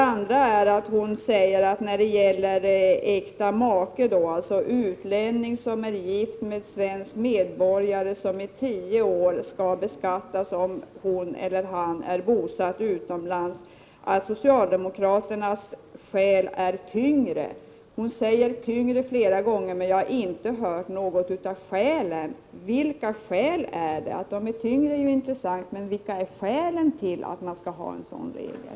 Vidare säger hon att när det gäller äkta make, dvs. utlänning som är gift med svensk medborgare och i tio år skall beskattas om hon eller han är bosatt utomlands, är socialdemokraternas skäl tyngre. Hon säger ”tyngre” flera 57 gånger, men jag har inte hört något av skälen. Att de är tyngre är ju intressant, men vilka är egentligen skälen till att man skall ha en sådan regel?